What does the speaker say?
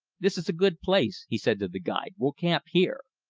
this is a good place, he said to the guide, we'll camp here.